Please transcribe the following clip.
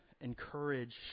encourage